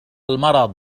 المرض